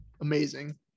amazing